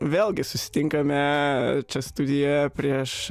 vėlgi susitinkame čia studijoje prieš